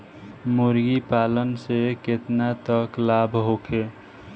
मुर्गी पालन से केतना तक लाभ होखे?